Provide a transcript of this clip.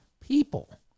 people